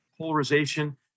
polarization